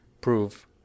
prove